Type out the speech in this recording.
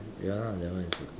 ya lah that one is okay